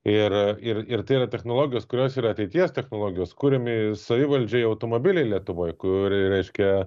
ir ir ir tai yra technologijos kurios yra ateities technologijos kuriami savivaldžiai automobiliai lietuvoj kur reiškia